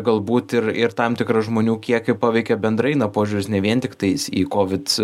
galbūt ir ir tam tikra žmonių kiekį paveikė bendrai na požiūris ne vien tiktais į kovid